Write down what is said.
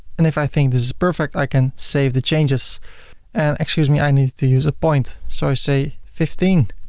and if i think this is perfect, i can save the changes and excuse me i need to use a point. so i say fifteen,